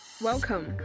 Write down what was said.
Welcome